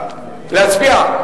להצביע?